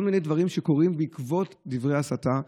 כל מיני דברים קורים בעקבות דברי הסתה,